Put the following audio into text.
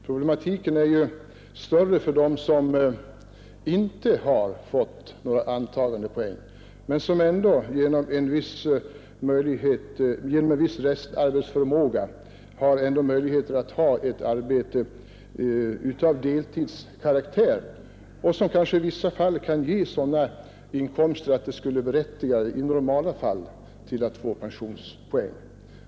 Problematiken är större för dem som inte har fått några antagandepoäng men som ändå genom en viss restarbetsförmåga kan ta ett arbete av deltidskaraktär. De kanske i vissa fall kan skaffa sig sådana inkomster att de normalt skulle vara berättigade till pensionspoäng.